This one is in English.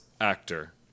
actor